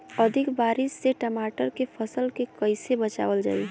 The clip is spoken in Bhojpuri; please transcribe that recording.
अधिक बारिश से टमाटर के फसल के कइसे बचावल जाई?